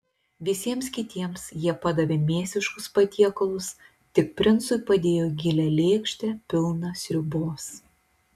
visiems kitiems jie padavė mėsiškus patiekalus tik princui padėjo gilią lėkštę pilną sriubos